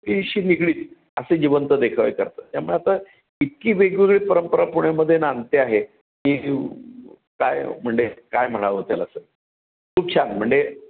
ईशी निगडीत असे जिवंत देखावे करतात त्यामुळे आता इतकी वेगवेगळी परंपरा पुण्यामध्ये नांदते आहे की काय म्हणजे काय म्हणावं त्याला असं खूप छान म्हणजे